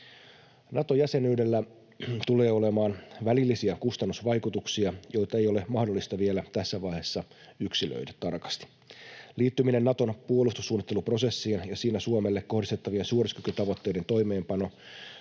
Nato-jäsenyydellä tulee olemaan välillisiä kustannusvaikutuksia, joita ei ole mahdollista vielä tässä vaiheessa yksilöidä tarkasti. Liittyminen Naton puolustussuunnitteluprosessiin ja siinä Suomelle kohdistettavien suorituskykytavoitteiden toimeenpano